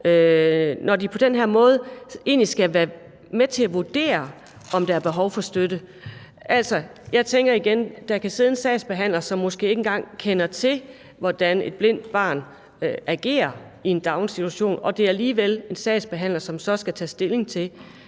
når de på den her måde egentlig skal være med til at vurdere, om der er behov for støtte. Jeg tænker igen, at der kan sidde en sagsbehandler, som måske ikke engang kender til, hvordan et blindt barn agerer i en daginstitution. Og det er alligevel en sagsbehandler, som så skal tage stilling til,